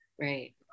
right